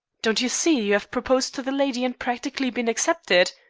don't you see you have proposed to the lady and practically been accepted?